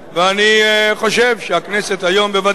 ואני חושב שהכנסת, היום בוודאי